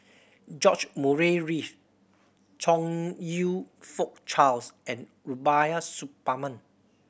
George Murray Reith Chong You Fook Charles and Rubiah Suparman